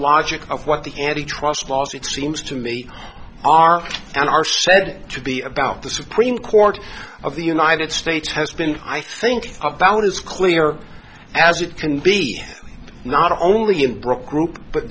logic of what the anti trust laws it seems to me are and are said to be about the supreme court of the united states has been i think about as clear as it can be not only in brook rupe but